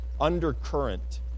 undercurrent